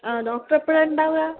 ആ ഡോക്ടർ എപ്പോഴാണ് ഉണ്ടാവുക